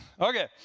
Okay